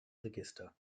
register